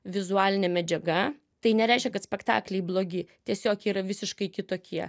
vizualinė medžiaga tai nereiškia kad spektakliai blogi tiesiog yra visiškai kitokie